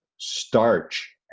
starch